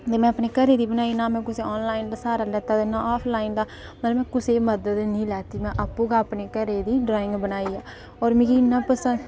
में नां अपने घरै दी बनाई नां में कुसै ऑनलाइन दा स्हारा लैते ते नां में कुसै ऑफलाइन दा पर में कुसै दी मदद नेईं ही लैती में आपूं गै अपने घरै दी ड्राइंग बनाई